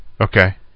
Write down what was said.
Okay